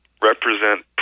represent